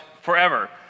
forever